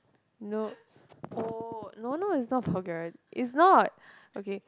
no oh no no is not vulgari~ is not okay